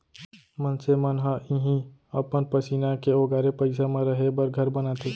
मनसे मन ह इहीं अपन पसीना के ओगारे पइसा म रहें बर घर बनाथे